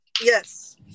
yes